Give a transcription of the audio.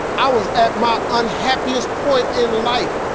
i was at my unhappiest point in life.